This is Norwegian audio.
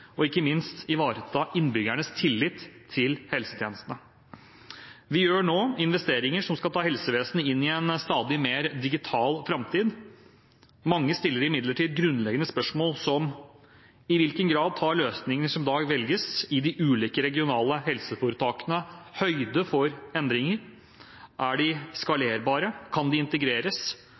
og som ikke minst ivaretar innbyggernes tillit til helsetjenestene. Vi gjør nå investeringer som skal ta helsevesenet inn i en stadig mer digital framtid. Mange stiller imidlertid grunnleggende spørsmål, som: I hvilken grad tar løsningene som i dag velges i de ulike regionale helseforetakene, høyde for endringer? Er de skalerbare, kan de integreres,